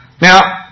Now